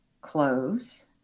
close